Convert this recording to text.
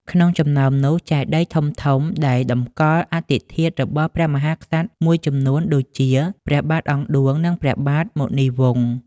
ក្នុងចំណោមនោះ មានចេតិយធំៗដែលតម្កល់អដ្ឋិធាតុរបស់ព្រះមហាក្សត្រមួយចំនួនដូចជា ព្រះបាទអង្គឌួង និង ព្រះបាទមុនីវង្ស។